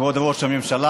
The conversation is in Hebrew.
כבוד ראש הממשלה,